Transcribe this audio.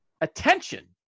attention